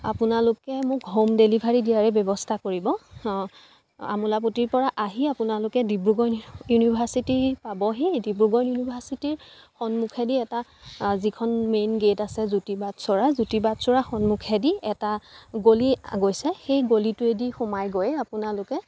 আপোনালোকে মোক home delivery দিয়াৰে ব্যৱস্থা কৰিব আমোলাপট্টিৰপৰা আহি আপোনালোকে ডিব্ৰুগড় ইউনি ইউনিভাৰ্ছিটি পাবহি ডিব্ৰুগড় ইউনিভাৰ্ছিটিৰ সন্মুখেদি এটা যিখন মেইন গেট আছে জ্যোতি বাটচ'ৰা জ্যোতি বাটচ'ৰা সন্মুখেদি এটা গলি গৈছে সেই গলিটোৱেদি সোমাই গৈ আপোনালোকে